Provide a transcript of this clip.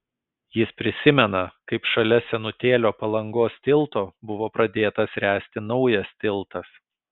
jis prisimena kaip šalia senutėlio palangos tilto buvo pradėtas ręsti naujas tiltas